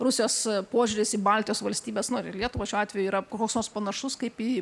rusijos požiūris į baltijos valstybes nu ir į lietuvą šiuo atveju yra koks nors panašus kaip į